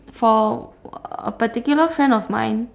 for a particular friend of mine